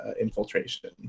infiltration